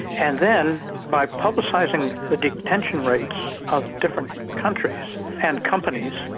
and then by publicising the detention rates of different countries and companies,